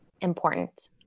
important